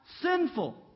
sinful